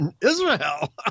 Israel